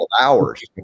hours